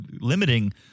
limiting